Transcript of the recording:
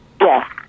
Yes